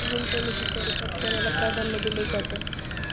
गुंतवणुकीच्या रुपात सोन्याला प्राधान्य दिलं जातं